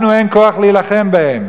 לנו אין כוח להילחם בהם.